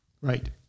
Right